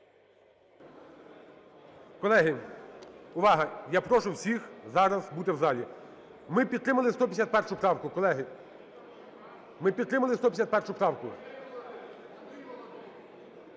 Колеги, увага! Я прошу всіх зараз бути в залі. Ми підтримали 151 правку, колеги, ми підтримали 151 правку.